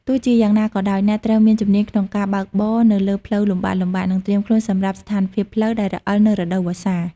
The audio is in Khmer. ទោះជាយ៉ាងណាក៏ដោយ អ្នកត្រូវមានជំនាញក្នុងការបើកបរនៅលើផ្លូវលំបាកៗ និងត្រៀមខ្លួនសម្រាប់ស្ថានភាពផ្លូវដែលរអិលនៅរដូវវស្សា។